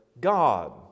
God